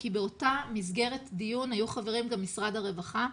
כי באותה מסגרת דיון היו חברים גם משרד הרווחה,